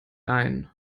ein